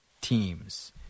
teams